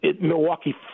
Milwaukee